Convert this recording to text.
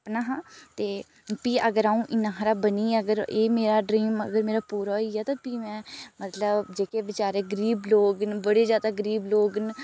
अपना ते भी अगर अ'ऊं इ'न्ना हारा बनियै अगर एह् मेरा ड्रीम अगर पूरा होइया ते भी में जेह्के बेचारे गरीब लोग न बड़े जादा गरीब लोग न